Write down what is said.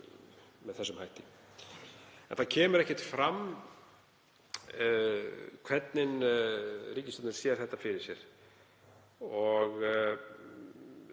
með þessum hætti, enda kemur ekkert fram hvernig ríkisstjórnin sér þetta fyrir sér. Ef